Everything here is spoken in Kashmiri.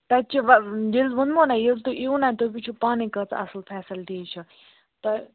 تَتہِ چھِ وَلہٕ ووٚنمو نا ییٚلہِ تُہۍ یِیِو نا تُہۍ وُچھِو پانَے کٲژاہ اَصٕل فیسَلٹیٖز چھِ